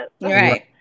Right